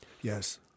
Yes